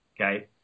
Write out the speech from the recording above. Okay